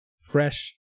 fresh